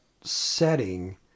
setting